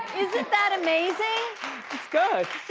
isn't that amazing? it's good.